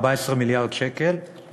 14 מיליארד שקלים,